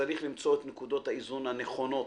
שצריך למצוא את נקודות האיזון הנכונות.